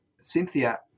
cynthia